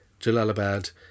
Jalalabad